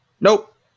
Nope